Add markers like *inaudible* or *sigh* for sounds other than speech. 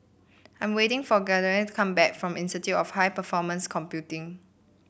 I'm waiting for *unintelligible* come back from Institute of High Performance Computing